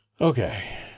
Okay